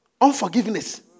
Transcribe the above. unforgiveness